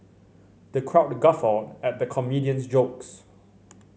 the crowd guffawed at the comedian's jokes